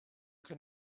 can